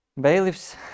bailiffs